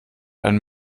ein